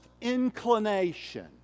inclination